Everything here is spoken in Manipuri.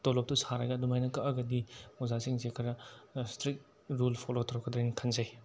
ꯇꯣꯂꯣꯞꯇꯨ ꯁꯥꯔꯒ ꯑꯗꯨꯃꯥꯏꯅ ꯀꯛꯑꯒꯗꯤ ꯑꯣꯖꯥꯁꯤꯡꯁꯦ ꯈꯔ ꯏꯁꯇ꯭ꯔꯤꯛ ꯔꯨꯜ ꯐꯣꯂꯣ ꯇꯧꯔꯛꯀꯗ꯭ꯔꯥ ꯍꯥꯏꯅ ꯈꯟꯖꯩ